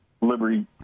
Liberty